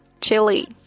chili